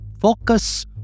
Focus